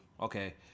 okay